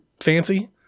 fancy